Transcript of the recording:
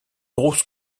grosses